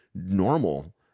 normal